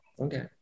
Okay